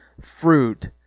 Fruit